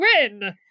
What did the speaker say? win